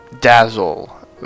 dazzle